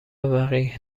وقی